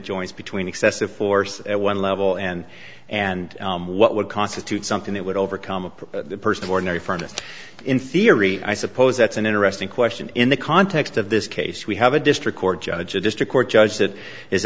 joints between excessive force at one level and and what would constitute something that would overcome a person ordinary furnace in theory i suppose that's an interesting question in the context of this case we have a district court judge a district court judge that is